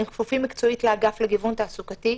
הם כפופים, מקצועית, לאגף לגיוון תעסוקתי,